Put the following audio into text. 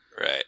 Right